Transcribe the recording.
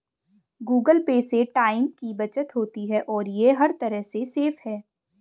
Google pay से time की बचत होती है और ये हर तरह से सेफ है